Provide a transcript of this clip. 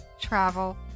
travel